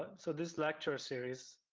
but so this lecture series,